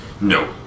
No